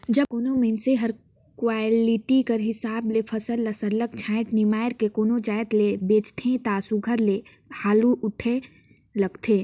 जब कोनो मइनसे हर क्वालिटी कर हिसाब ले फसल ल सरलग छांएट निमाएर के कोनो जाएत ल बेंचथे ता सुग्घर ले हालु उठे लगथे